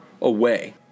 away